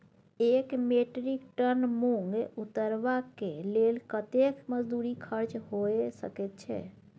एक metric ton मूंग उतरबा के लेल कतेक मजदूरी खर्च होय सकेत छै?